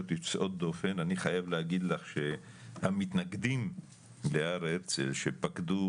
לצעוד באופן- - אני חייב להגיד לך שהמתנגדים בהר הרצל שפקדו